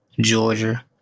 Georgia